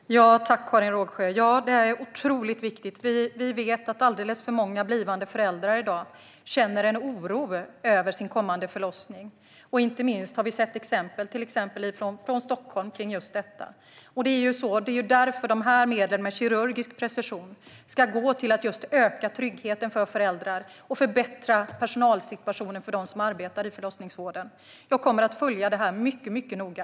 Herr talman! Tack, Karin Rågsjö! Ja, det är otroligt viktigt. Vi vet att alldeles för många blivande föräldrar i dag känner en oro över sin kommande förlossning. Inte minst har vi sett exempel från Stockholm på just detta. Det är därför som de här medlen med kirurgisk precision ska gå till att just öka tryggheten för föräldrar och förbättra situationen för personalen i förlossningsvården. Jag kommer att följa detta mycket noga.